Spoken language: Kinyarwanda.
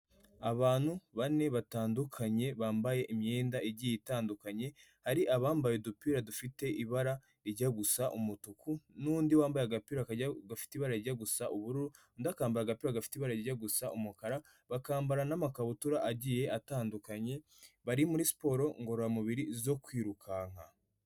Abantu bane batandukanye, bambaye imyenda igiye itandukanye, hari abambaye udupira dufite ibara rijya gusa umutuku, n'undi wambaye agapira gafite ibara rijya gusa ubururu, undi akamba agapira gafite ibara rijya gusa umukara, bakambara n'amakabutura agiye atandukanye, bari muri siporo ngororamubiri zo kwirukanka.